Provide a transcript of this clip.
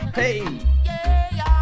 hey